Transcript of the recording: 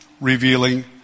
revealing